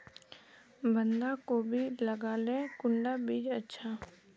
बंधाकोबी लगाले कुंडा बीज अच्छा?